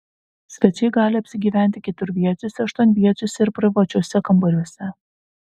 svečiai gali apsigyventi keturviečiuose aštuonviečiuose ir privačiuose kambariuose